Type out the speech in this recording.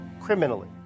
criminally